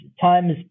times